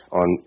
on